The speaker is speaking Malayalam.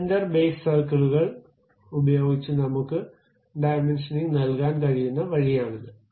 സെന്റർ ബേസ് സർക്കിളുകൾ ഉപയോഗിച്ച് നമുക്ക് ഡൈമെൻഷനിംഗ് നൽകാൻ കഴിയുന്ന വഴിയാണിത്